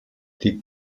die